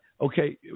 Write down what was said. Okay